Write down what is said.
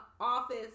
office